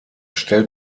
stellt